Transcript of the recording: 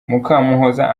mukamuhoza